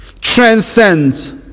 transcends